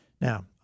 Now